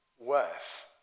worth